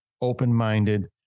open-minded